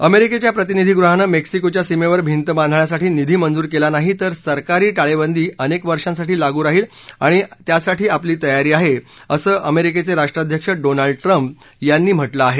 अमेरिकेच्या प्रतिनिधीगृहानं मेक्सिकोच्या सीमेवर मिंत बांधण्यासाठी निधी मंजूर केला नाही तर सरकारी टाळबंदी अनेक वर्षासाठी लागू राहिलं आणि तर त्यासाठी आपली तयारी आहे असं अमेरिकेची राष्ट्राध्यक्ष डोनाल्ड ट्रंप यांनी म्हटलं आहे